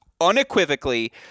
unequivocally